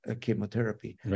chemotherapy